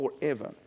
forever